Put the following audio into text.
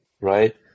right